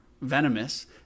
Venomous